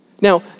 Now